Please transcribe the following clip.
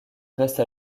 reste